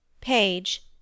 Page